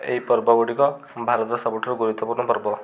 ଏହି ପର୍ବଗୁଡ଼ିକ ଭାରତର ସବୁଠାରୁ ଗୁରୁତ୍ୱପୂର୍ଣ୍ଣ ପର୍ବ